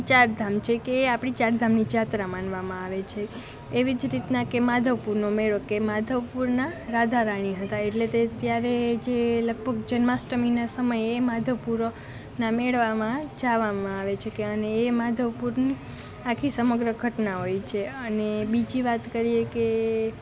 ચાર ધામ છે કે એ આપણી ચાર ધામની જાત્રા માનવામાં આવે છે એવી જ રીતના કે માધવપુરનો મેળો કે માધવપુરનાં રાધા રાણી હતાં એટલે તે ત્યારે જે લગભગ જન્માષ્ટમીના સમયે માધવપુર ના મેળામાં જવામાં આવે છે કે અને એ માધવપુરની આખી સમગ્ર ઘટના હોય છે અને બીજી વાત કરીએ કે